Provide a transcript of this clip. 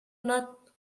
not